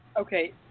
Okay